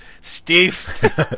Steve